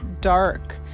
dark